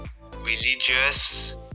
religious